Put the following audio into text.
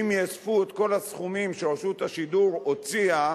שאם יאספו את כל הסכומים שרשות השידור הוציאה